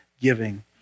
giving